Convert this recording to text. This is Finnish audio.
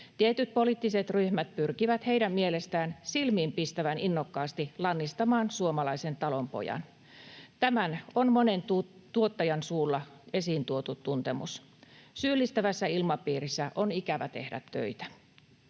Tietyt poliittiset ryhmät pyrkivät heidän mielestään silmiinpistävän innokkaasti lannistamaan suomalaisen talonpojan. Tämä on monen tuottajan suulla esiin tuotu tuntemus. Syyllistävässä ilmapiirissä on ikävä tehdä töitä.